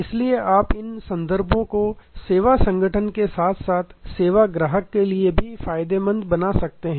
इसलिए आप इन संदर्भों को सेवा संगठन के साथ साथ सेवा ग्राहक के लिए भी फायदेमंद बना सकते हैं